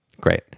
Great